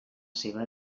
seva